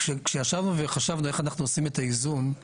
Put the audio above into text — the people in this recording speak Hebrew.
כשישבנו וחשבנו איך אנחנו עושים את האיזון,